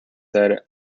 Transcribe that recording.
said